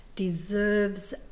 deserves